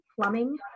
plumbing